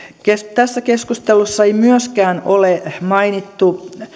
tässä keskustelussa ei myöskään ole mainittu